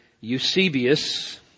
Eusebius